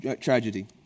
tragedy